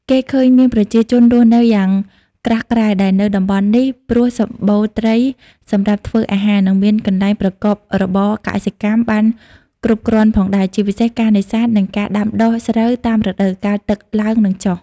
គេឃើញមានប្រជាជនរស់នៅយ៉ាងក្រាស់ក្រែលដែរនៅតំបន់នេះ ព្រោះសំបូរត្រីសម្រាប់ធ្វើអាហារ និងមានកន្លែងប្រកបរបរកសិកម្មបានគ្រប់គ្រាន់ផងដែរ ជាពិសេសការនេសាទ និងការដាំដុះស្រូវតាមរដូវកាលទឹកឡើងនិងចុះ។